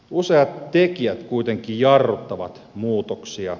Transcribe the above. useat tekijät kuitenkin jarruttavat muutoksia